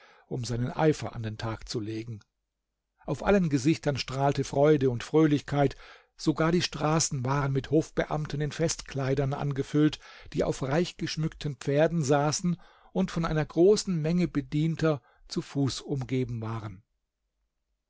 um seinen eifer an den tag zu legen auf allen gesichtern strahlte freude und fröhlichkeit sogar die straßen waren mit hofbeamten in festkleidern angefüllt die auf reichgeschmückten pferden saßen und von einer großen menge bedienter zu fuß umgeben waren